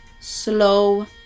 slow